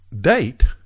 date